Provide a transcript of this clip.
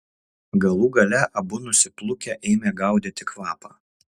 galų gale abu nusiplūkę ėmė gaudyti kvapą